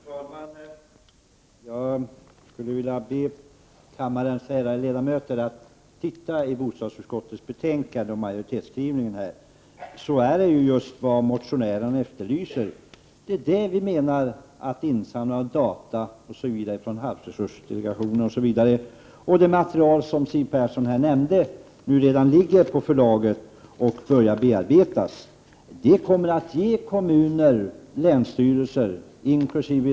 Herr talman! Jag skulle vilja be kammarens ärade ledamöter att titta i bostadsutskottets betänkande. Majoritetsskrivningen innehåller just vad motionärerna efterlyser. Vi hänvisar till insamlandet av data osv. från havsresursdelegationen och till att det material Siw Persson nämnde redan ligger på förlaget och skall börja bearbetas. Det kommer att ge kommuner och länsstyrelser, inkl.